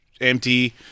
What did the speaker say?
empty